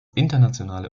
internationale